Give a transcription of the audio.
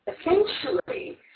essentially